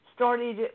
started